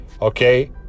okay